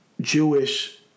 Jewish